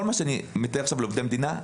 מה שאנחנו מתארים על עובדי מדינה,